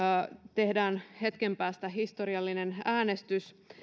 tehdään hetken päästä historiallinen äänestys